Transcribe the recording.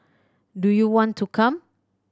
do you want to come